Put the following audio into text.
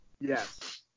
Yes